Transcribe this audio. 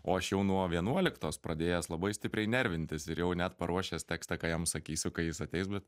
o aš jau nuo vienuoliktos pradėjęs labai stipriai nervintis ir jau net paruošęs tekstą ką jam sakysiu kai jis ateis bet